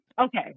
Okay